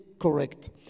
correct